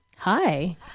Hi